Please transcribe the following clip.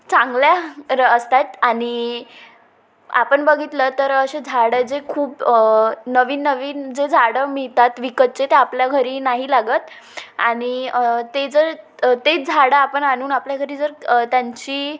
चांगल्या र असतात आणि आपण बघितलं तर असे झाडं जे खूप नवीन नवीन जे झाडं मिळतात विकतचे ते आपल्या घरी नाही लागत आणि ते जर तेच झाडं आपण आणून आपल्या घरी जर त्यांची